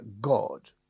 God